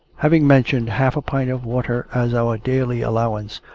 having mentioned half a pint of water as our daily allowance,